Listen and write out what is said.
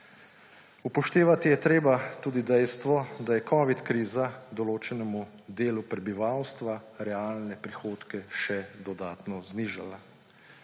Upoštevati je treba tudi dejstvo, da je covid kriza določenemu delu prebivalstva realne prihodke še dodatno znižala.